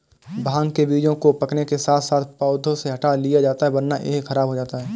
भांग के बीजों को पकने के साथ साथ पौधों से हटा लिया जाता है वरना यह खराब हो जाता है